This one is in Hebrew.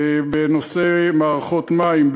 בנושא מערכות מים,